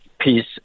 Peace